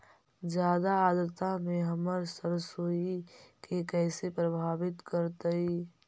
जादा आद्रता में हमर सरसोईय के कैसे प्रभावित करतई?